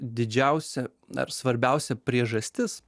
didžiausia ar svarbiausia priežastis